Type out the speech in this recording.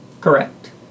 Correct